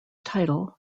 title